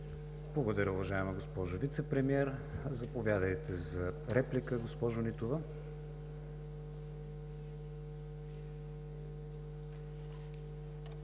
Благодаря, уважаема госпожо Вицепремиер. Заповядайте за реплика, госпожо Нитова.